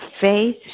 faith